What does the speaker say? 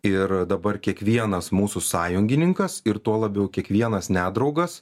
ir dabar kiekvienas mūsų sąjungininkas ir tuo labiau kiekvienas nedraugas